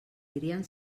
dirien